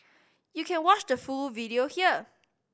you can watch the full video here